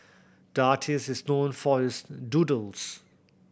the artist is known for his doodles